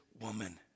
woman